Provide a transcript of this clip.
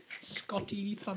Scotty